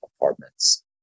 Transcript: apartments